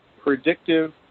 predictive